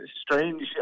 strange